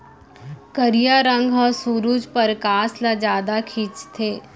करिया रंग ह सुरूज परकास ल जादा खिंचथे